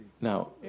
Now